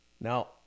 Now